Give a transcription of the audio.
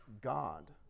God